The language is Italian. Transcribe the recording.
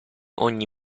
ogni